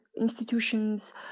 institutions